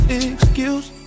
excuse